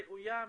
ראויה,